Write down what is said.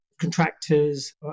contractors